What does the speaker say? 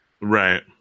Right